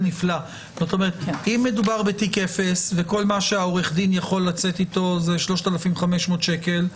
אם מדובר בתיק אפס וכל מה שעורך הדין יכול לצאת אתו זה 3,500 שקלים,